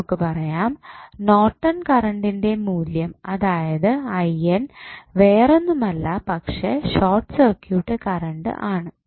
നമുക്ക് പറയാം നോർട്ടൺ കറണ്ടിൻ്റെ മൂല്യം അതായത് വേറൊന്നുമല്ല പക്ഷെ ഷോർട് സർക്യൂട്ട് കറണ്ട് ആണ്